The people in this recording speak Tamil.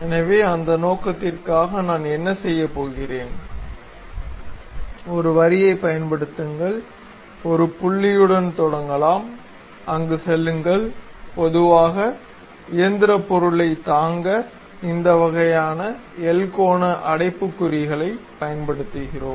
எனவே அந்த நோக்கத்திற்காக நான் என்ன செய்யப் போகிறேன் ஒரு வரியைப் பயன்படுத்துங்கள் ஒரு புள்ளியுடன் தொடங்கலாம் அங்கு செல்லுங்கள் பொதுவாக இயந்திர பொருளை தாங்க இந்த வகையான எல் கோண அடைப்புக்குறிகளைப் பயன்படுத்துகிறோம்